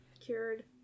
cured